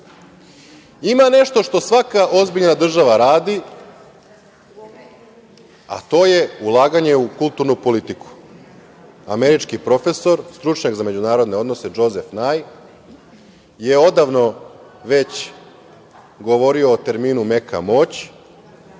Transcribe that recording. nešto što svaka ozbiljna država radi, a to je ulaganje u kulturnu politiku. Američki profesor, stručnjak za međunarodne odnose, Džozef Naj je odavno već govorio o terminu „meka moć“.